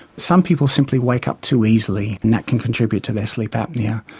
some people simply wake up too easily, and that can contribute to their sleep apnoea.